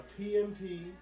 PMP